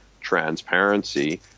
transparency